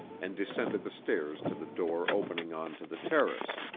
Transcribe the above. and descended the stairs to the door opening on to the terrace.